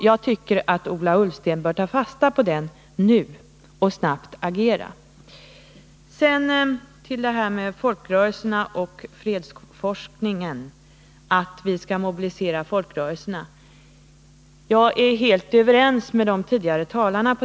Jag tycker att Ola Ullsten bör ta fasta på den nu, och snabbt agera. När det gäller att mobilisera folkrörelserna för fredsforskning är jag helt överens med de tidigare talarna.